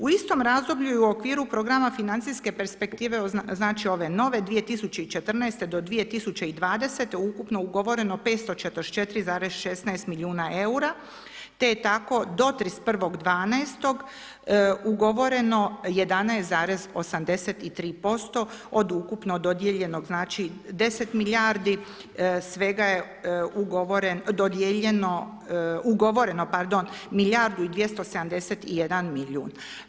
U istom razdoblju je u okviru programa financijske perspektive znači, ove nove 2014. do 2020. ukupno ugovoreno 544,16 milijuna eura, te je tako do 31.12. ugovoreno 11,83% od ukupno dodijeljenog znači, 10 milijardi svega je dodijeljeno, ugovoreno pardon, milijardu i 271 milijun.